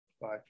Bye